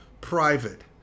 private